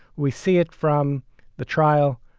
we see it from the trial.